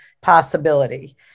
possibility